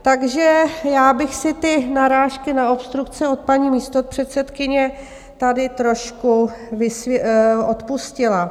Takže já bych si ty narážky na obstrukce od paní místopředsedkyně tady trošku odpustila.